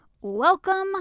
Welcome